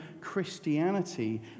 Christianity